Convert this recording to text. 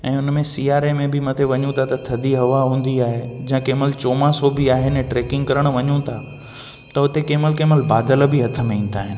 ऐं उन में सियारे में बि मथे वञूं था त थधी हवा हूंदी आहे जा कंहिं महिल चौमासो बि आहे न ट्रेकिंग करणु वञूं था त उते कंहिं महिल कंहिं महिल बादल बि हथ में ईंदा आहिनि